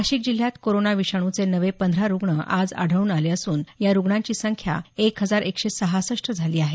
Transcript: नाशिक जिल्ह्यात कोरोना विषाणूचे नवे पंधरा रुग्ण आज आढळले असून या रुग्णांची संख्या एक हजार एकशे सहासष्ट झाली आहे